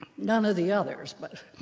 none of the others, but.